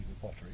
pottery